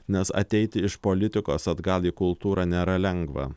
nes ateiti iš politikos atgal į kultūrą nėra lengva